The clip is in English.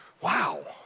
wow